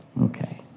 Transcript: Okay